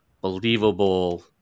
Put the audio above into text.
believable